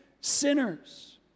sinners